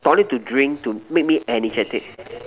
tonic to drink to make me energetic